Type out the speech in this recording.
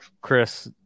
Chris